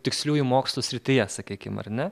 tiksliųjų mokslų srityje sakykim ar ne